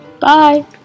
Bye